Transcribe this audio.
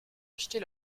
acheter